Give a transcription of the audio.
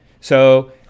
So-